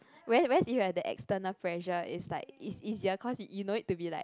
whereas whereas if you have the external pressure it's like it's easier cause you don't need to be like